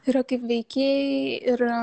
yra kaip veikėjai ir